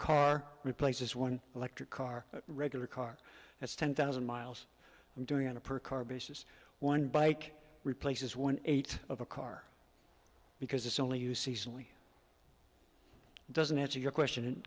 car replaces one electric car a regular car that's ten thousand miles i'm doing on a per car basis one bike replaces one eight of a car because it's only use easily doesn't answer your question